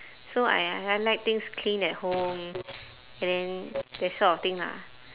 so I I like things clean at home and then that sort of thing lah